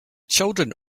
children